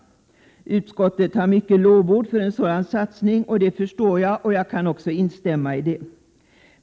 Utskottet har många lovord för en sådan satsning. Det förstår jag, och jag kan instämma i lovorden.